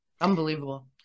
Unbelievable